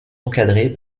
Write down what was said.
encadrés